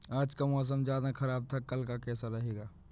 आज का मौसम ज्यादा ख़राब था कल का कैसा रहेगा?